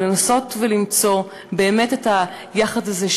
ולנסות ולמצוא באמת את היחד הזה,